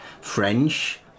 French